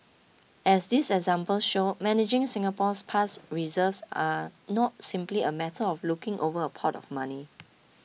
as these examples show managing Singapore's past reserves are not simply a matter of looking over a pot of money